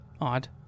Odd